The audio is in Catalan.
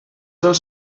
els